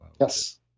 Yes